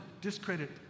discredit